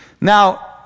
Now